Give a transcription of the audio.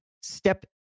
step